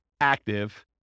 active